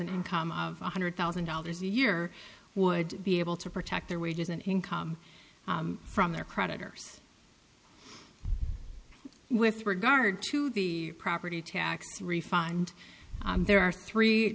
an income of one hundred thousand dollars a year would be able to protect their wages and income from their creditors with regard to the property tax refund there are three